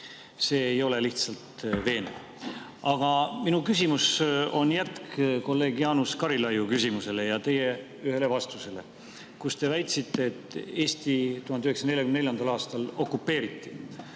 See ei ole lihtsalt veenev. Aga minu küsimus on jätk kolleeg Jaanus Karilaiu küsimusele ja teie ühele vastusele. Te väitsite, et Eesti 1944. aastal okupeeriti.